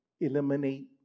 eliminate